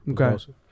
Okay